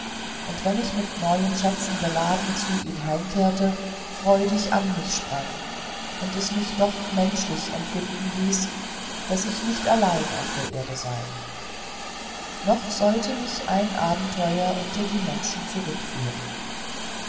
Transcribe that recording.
und wenn ich mit neuen schätzen beladen zu ihm zurückkehrte freudig an mich sprang und es mich doch menschlich empfinden ließ daß ich nicht allein auf der erde sei noch sollte mich ein abenteuer unter die menschen zurückführen